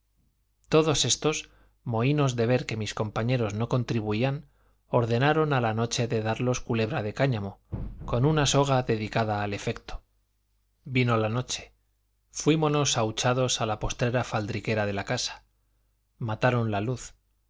todos estos mohínos de ver que mis compañeros no contribuían ordenaron a la noche de darlos culebra de cáñamo con una soga dedicada al efecto vino la noche fuímonos ahuchados a la postrera faldriquera de la casa mataron la luz